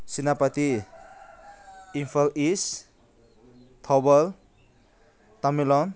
ꯁꯦꯅꯥꯄꯇꯤ ꯏꯝꯐꯥꯜ ꯏꯁ ꯊꯧꯕꯥꯜ ꯇꯃꯦꯡꯂꯣꯡ